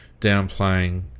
downplaying